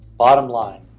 bottom line.